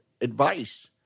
advice